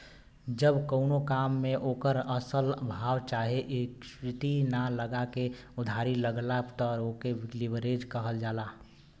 जब कउनो काम मे ओकर असल भाव चाहे इक्विटी ना लगा के उधारी लगला त ओके लीवरेज कहल जाला